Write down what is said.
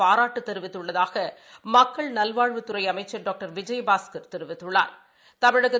பாராட்டுதெரிவித்துள்ளதாகமக்கள் நல்வாழ்வுத்துறைஅமைச்சர் டாக்டர் விஜயபாஸ்கர் தெரிவித்துள்ளா்